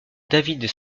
david